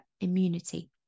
immunity